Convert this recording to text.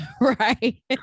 right